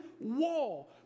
wall